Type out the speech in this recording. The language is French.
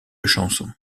chansons